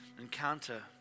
encounter